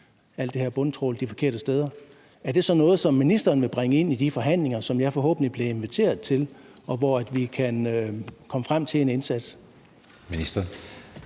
alt det her bundtrawl de forkerte steder, er det så noget, ministeren vil bringe ind i de forhandlinger, som jeg forhåbentlig bliver inviteret til, og hvor vi kan komme frem til en indsats?